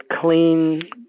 clean